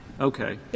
Okay